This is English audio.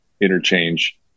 interchange